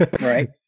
right